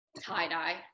Tie-dye